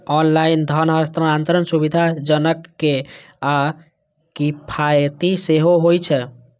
online धन हस्तांतरण सुविधाजनक आ किफायती सेहो होइ छै